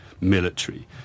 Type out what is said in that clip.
military